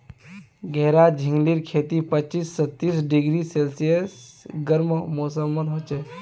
घेरा झिंगलीर खेती पच्चीस स तीस डिग्री सेल्सियस गर्म मौसमत हछेक